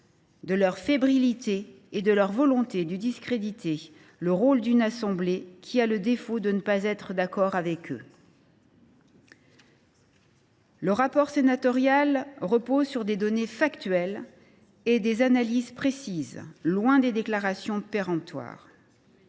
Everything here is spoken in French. de leur fébrilité et de leur volonté de discréditer une assemblée qui a le défaut de ne pas être d’accord avec eux. Le rapport sénatorial repose sur des données factuelles et sur des analyses précises, loin des déclarations péremptoires.